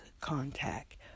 contact